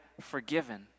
forgiven